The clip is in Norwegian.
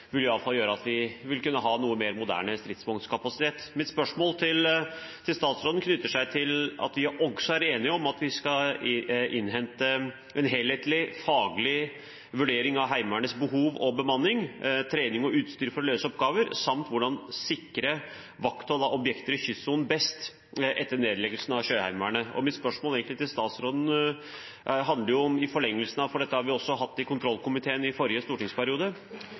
vil iallfall gjøre at vi vil kunne ha en noe mer moderne stridsvognkapasitet. Mitt spørsmål til statsråden knytter seg til at vi også er enige om at vi skal innhente en helhetlig faglig vurdering av Heimevernets behov og bemanning, trening og utstyr for å løse oppgaver, samt hvordan man sikrer vakthold av objekter i kystsonen best etter nedleggelsen av Sjøheimevernet. Mitt spørsmål til statsråden i forlengelsen av det – dette har vi også hatt i kontrollkomiteen i forrige stortingsperiode